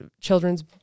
children's